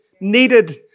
needed